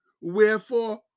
Wherefore